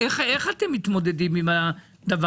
איך אתם מתמודדים עם זה?